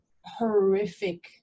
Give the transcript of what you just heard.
horrific